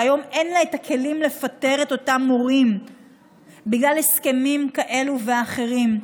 שהיום אין לה את הכלים לפטר את אותם מורים בגלל הסכמים כאלה ואחרים,